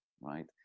right